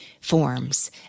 forms